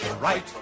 Right